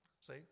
See